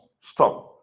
stop